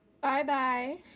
Bye-bye